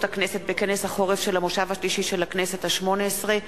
הכנסת בכנס החורף של המושב השלישי של הכנסת השמונה-עשרה,